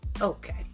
Okay